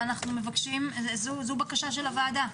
זו בקשה של הוועדה.